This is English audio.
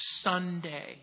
Sunday